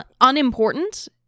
unimportant